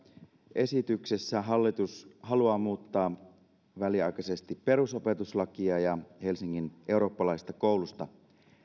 esityksessä hallitus haluaa muuttaa väliaikaisesti perusopetuslakia ja helsingin eurooppalaisesta koulusta